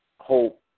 hope